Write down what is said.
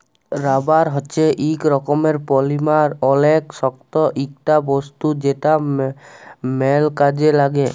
rubber হচ্যে ইক রকমের পলিমার অলেক শক্ত ইকটা বস্তু যেটা ম্যাল কাজে লাগ্যে